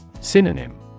Synonym